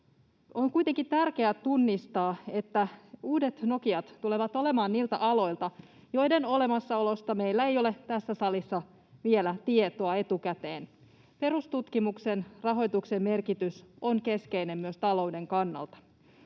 On kuitenkin tärkeää tunnistaa, että uudet Nokiat tulevat olemaan niiltä aloilta, joiden olemassaolosta meillä ei ole tässä salissa vielä tietoa etukäteen. Perustutkimuksen rahoituksen merkitys on keskeinen myös talouden kannalta.